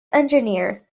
engineer